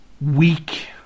weak